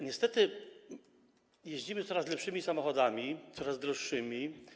Niestety jeździmy coraz lepszymi samochodami, coraz droższymi.